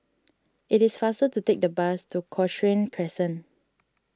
it is faster to take the bus to Cochrane Crescent